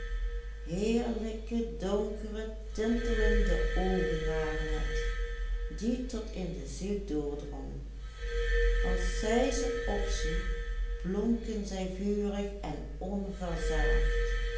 die tot in de ziel doordrongen als zij ze opsloeg blonken zij vurig en